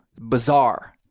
Bizarre